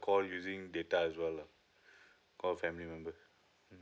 call using data as well lah call family member mmhmm